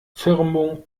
firmung